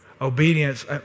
Obedience